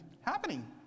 happening